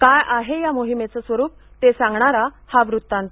काय आहे या मोहिमेचं स्वरूप ते सांगणारा हा वृत्तांत